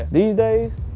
these days,